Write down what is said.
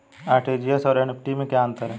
RTGS और NEFT में क्या अंतर है?